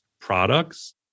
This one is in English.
products